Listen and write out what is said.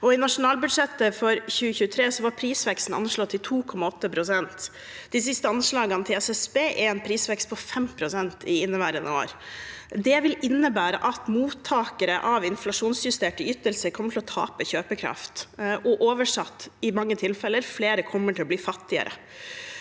I nasjonalbudsjettet for 2023 var prisveksten anslått til 2,8 pst. De siste anslagene til Statistisk sentralbyrå er en prisvekst på 5 pst. i inneværende år. Det vil innebære at mottakere av inflasjonsjusterte ytelser kommer til å tape kjøpekraft. Oversatt: I mange tilfeller kommer flere til å bli fattigere.